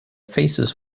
faces